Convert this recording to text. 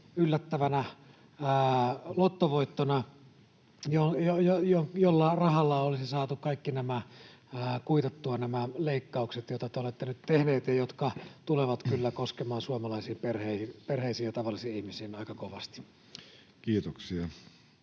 yllättävänä lottovoittona, jolla rahalla olisi saatu kuitattua kaikki nämä leikkaukset, joita te olette nyt tehneet ja jotka tulevat kyllä koskemaan suomalaisiin perheisiin ja tavallisiin ihmisiin aika kovasti. Osittain